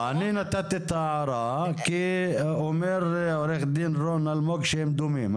אני נתתי את ההערה כי אומר עו"ד רון אלמוג שהם דומים.